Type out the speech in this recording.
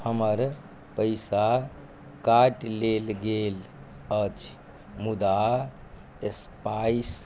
हमर पैसा काटि लेल गेल अछि मुदा स्पाइस